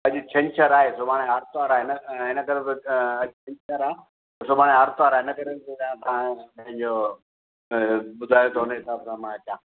अॼु छंछरु आहे सुबाणे आर्तवार आहे इन इन करे थे अॼु छंछरु आहे सुभाणे आर्तवार आहे इने करे थो ॿुधायां तव्हां पंहिंजो ॿुधायो त उन हिसाब सां मां अचा